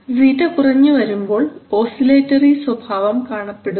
സീറ്റ കുറഞ്ഞു വരുമ്പോൾ ഓസിലേറ്ററി സ്വഭാവം കാണപ്പെടുന്നു